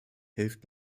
hilft